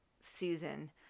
season